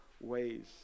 ways